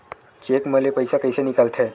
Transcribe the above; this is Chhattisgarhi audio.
चेक म ले पईसा कइसे निकलथे?